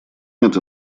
нет